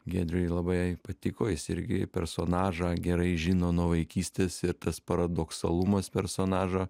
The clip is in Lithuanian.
giedriui labai patiko jis irgi personažą gerai žino nuo vaikystės ir tas paradoksalumas personažo